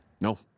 No